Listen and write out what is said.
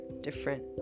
different